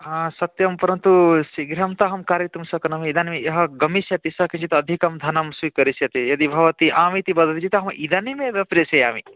सत्यं परन्तु शीघ्रं तु अहं कारयितुं शक्नोमि इदानीं य गमिष्यति स किञ्चित् अधिकं धनं स्वीकरिष्यति यदि भवती आम् इति वदति अहम् इदानीमेव प्रेषयामि